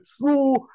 true